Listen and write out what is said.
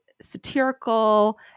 satirical